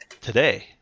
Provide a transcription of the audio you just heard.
today